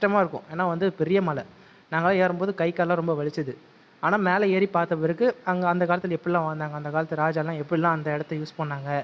கஷ்டமாக இருக்கும் ஏன்னால் வந்து பெரிய மலை நாங்கள் எல்லாம் ஏறும் போது கை காலெல்லாம் ரொம்ப வலித்தது ஆனால் மேலே ஏறி பார்த்த பிறகு அங்கே அந்த காலத்தில் எப்பிடில்லாம் வாழ்ந்தாங்க அந்த காலத்து ராஜாவெல்லாம் எப்பிடில்லாம் அந்த இடத்த யூஸ் பண்ணாங்க